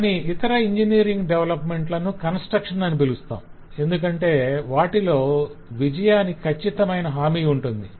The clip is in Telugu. కాని ఇతర ఇంజనీరింగ్ డెవలప్మెంట్ లను కన్స్ట్రక్షన్ అని పిలుస్తాం ఎందుకంటే వాటిలో విజయానికి కచ్చితమైన హామీ ఉంటుంది